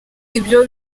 ibyo